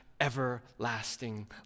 everlasting